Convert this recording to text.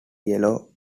yellow